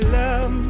love